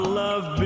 love